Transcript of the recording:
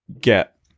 get